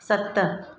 सत